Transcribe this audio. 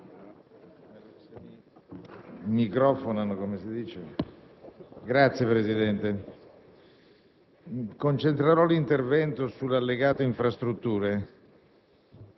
Signor Presidente, concentrerò l'intervento sull'allegato infrastrutture